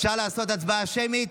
אפשר לעשות הצבעה שמית,